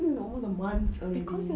now it's a month already